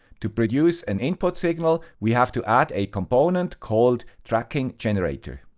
to produce an input signal, we have to add a component called tracking generator.